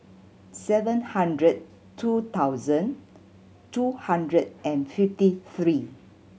seven hundred two thousand two hundred and fifty three